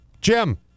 Jim